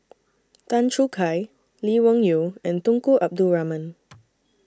Tan Choo Kai Lee Wung Yew and Tunku Abdul Rahman